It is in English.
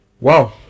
Wow